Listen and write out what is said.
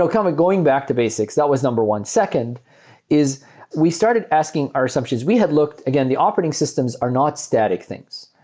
um going back to basics, that was number one. second is we started asking our assumptions. we had looked again, the operating systems are not static things.